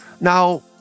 Now